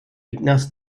ignaz